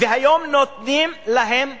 והיום נותנים להם פרס.